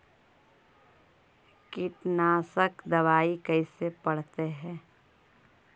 कीटनाशक दबाइ कैसे पड़तै है?